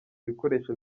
bikoresho